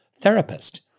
therapist